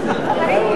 שתגיד לי,